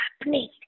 happening